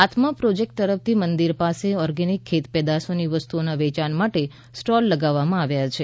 આત્મા પ્રોજેક્ટ તરફથી મંદિર પાસે ઓર્ગેનિક ખેત પેદાશોની વસ્તુઓના વેચાણ માટે સ્ટોલ લગાવવામાં આવ્યા છે